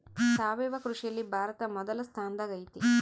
ಸಾವಯವ ಕೃಷಿಯಲ್ಲಿ ಭಾರತ ಮೊದಲ ಸ್ಥಾನದಾಗ್ ಐತಿ